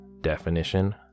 definition